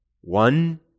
One